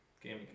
game